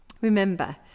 Remember